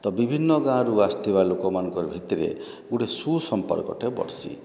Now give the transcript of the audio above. ତ ତ ବିଭିନ୍ନ ଗାଁରୁ ଆସିଥିବା ଲୋକମାନଙ୍କର୍ ଭିତରେ ଗୁଟେ ସୁସମ୍ପର୍କ ଟେ ବଢ଼୍ସି